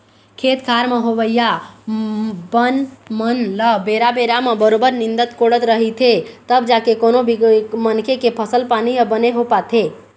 खेत खार म होवइया बन मन ल बेरा बेरा म बरोबर निंदत कोड़त रहिथे तब जाके कोनो भी मनखे के फसल पानी ह बने हो पाथे